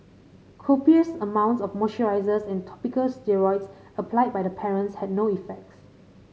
copious amounts of moisturisers and topical steroids applied by the parents had no effects